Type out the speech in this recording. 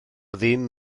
ddim